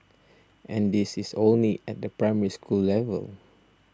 and this is only at the Primary School level